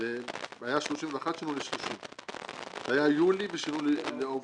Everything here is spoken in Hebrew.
זה היה 31 ביולי ושינינו ל-30 באוגוסט.